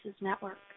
Network